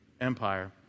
empire